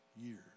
years